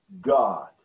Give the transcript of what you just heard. God